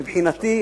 מבחינתי,